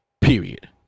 period